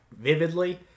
vividly